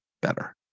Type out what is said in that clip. better